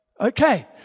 Okay